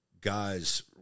guys